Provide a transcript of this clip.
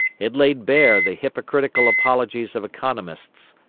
it laid bare the hypocritical apologies of economists.